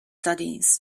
studies